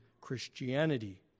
Christianity